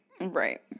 Right